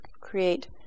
create